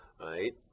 right